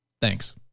Thanks